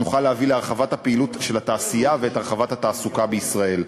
נוכל להביא להרחבת הפעילות של התעשייה ולהרחבת התעסוקה בישראל.